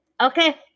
Okay